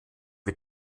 wir